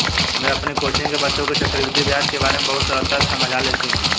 मैं अपनी कोचिंग के बच्चों को चक्रवृद्धि ब्याज के बारे में बहुत सरलता से समझा लेती हूं